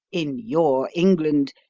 in your england,